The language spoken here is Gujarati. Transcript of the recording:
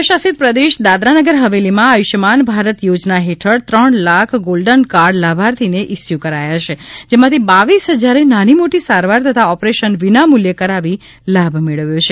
કેન્દ્રશાસિત પ્રદેશ દાદરાનગર હવેલીમાં આયુષ્માન ભારત યોજના હેઠળ ત્રણ લાખ ગોલ્ડન કાર્ડ લાભાર્થીને ઇસ્યુ કરાયા છે જેમાંથી બાવીસ હજારે નાની મોટી સારવાર તથા ઓપરેશન વિનામૂલ્યે કરાવી લાભ મેળવ્યો છે